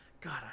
God